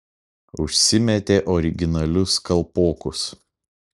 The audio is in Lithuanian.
užsimetė originalius kalpokus